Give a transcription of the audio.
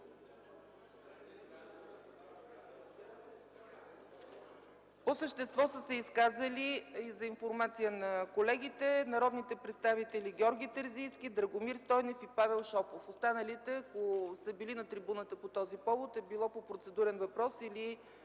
По същество са се изказали – за информация на колегите, народните представители Георги Терзийски, Драгомир Стойнев и Павел Шопов. Останалите, ако са били на трибуната по този повод, е било по процедурен въпрос или